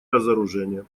разоружение